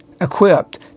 equipped